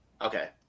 Okay